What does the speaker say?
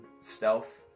stealth